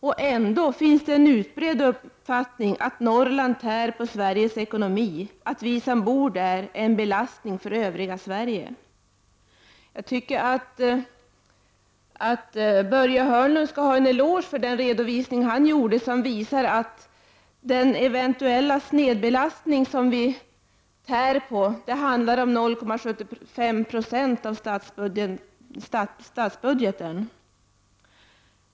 Och ändå finns det en utbredd uppfattning att Norrland tär på Sveriges ekonomi, att vi som bor där är en belastning för Övriga Sverige. Börje Hörnlund skall ha en eloge för den redovisning han gjorde. Den visade att det som vi eventuellt snedbelastar eller tär på handlar om 0,75 90 av statsbudgeten.